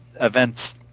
events